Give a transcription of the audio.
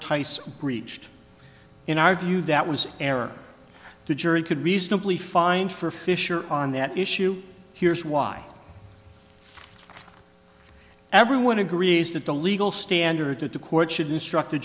tyson breached in our view that was an error the jury could reasonably find for fisher on that issue here's why everyone agrees that the legal standard to the court should instruct